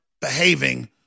behaving